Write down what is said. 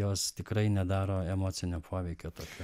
jos tikrai nedaro emocinio poveikio tokio